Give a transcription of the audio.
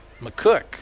McCook